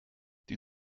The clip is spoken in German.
die